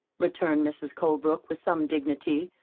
returned mrs. colebrook, with some dignity.